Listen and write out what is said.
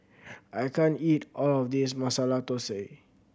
I can't eat all of this Masala Dosa